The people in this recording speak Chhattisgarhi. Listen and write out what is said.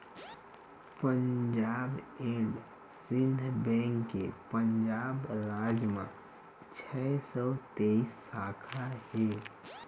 पंजाब एंड सिंध बेंक के पंजाब राज म छै सौ तेइस साखा हे